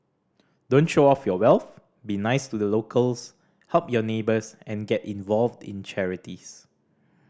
don't show off your wealth be nice to the locals help your neighbours and get involved in charities